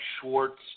Schwartz